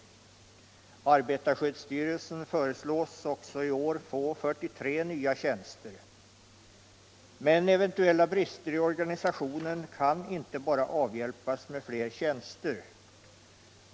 Arbetarskyddsstyrelsen föreslås i år få 43 nya tjänster. 150 Men eventuella brister i organisationen kan inte bara avhjälpas med fler tjänster.